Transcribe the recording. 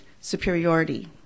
superiority